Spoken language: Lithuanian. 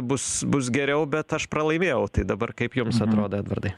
bus bus geriau bet aš pralaimėjau tai dabar kaip jums atrodo edvardai